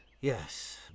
Yes